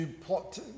plot